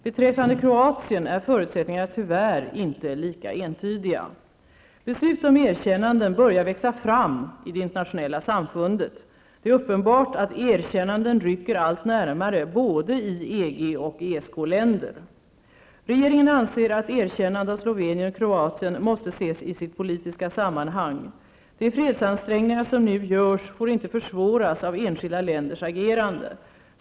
Beträffande Kroatien är förutsättningarna tyvärr inte lika entydiga. Beslut om erkännanden börjar växa fram i det internationella samfundet. Det är uppenbart att erkännanden rycker allt närmare både i EG och Regeringen anser att erkännande av Slovenien och Kroatien måste ses i sitt politiska sammanhang. De fredsansträngningar som nu görs får inte försvåras av enskilda länders agerande.